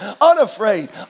unafraid